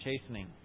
chastening